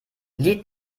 lied